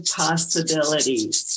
possibilities